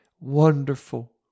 wonderful